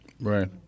Right